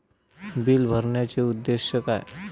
Bill भरण्याचे उद्देश काय?